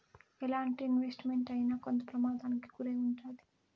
ఎలాంటి investment అయినా కొంత ప్రమాదానికి గురై ఉంటాది